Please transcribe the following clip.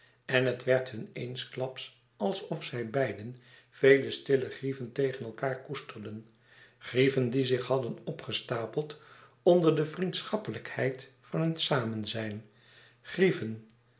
en het werd hun eensklaps alsof zij beiden vele stille grieven tegen elkaâr koesterden grieven die zich hadden opgestapeld onder de vriendschappelijkheid van hun samenzijn grieven